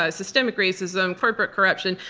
ah systemic racism, corporate corruption,